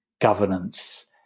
governance